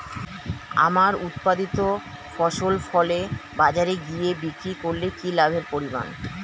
আমার উৎপাদিত ফসল ফলে বাজারে গিয়ে বিক্রি করলে কি লাভের পরিমাণ?